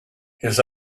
his